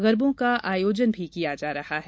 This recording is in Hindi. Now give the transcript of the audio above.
गरबों का आयोजन भी किया जा रहा है